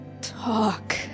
talk